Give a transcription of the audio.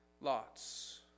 lots